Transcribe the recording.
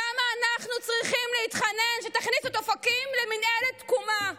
למה אנחנו צריכים להתחנן שתכניסו את אופקים למינהלת תקומה?